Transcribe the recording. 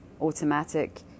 automatic